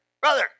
brother